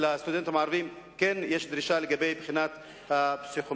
אבל מהסטודנטים הערבים דורשים את הבחינה הפסיכומטרית.